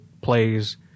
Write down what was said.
plays